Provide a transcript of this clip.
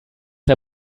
der